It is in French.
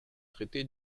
traité